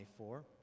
24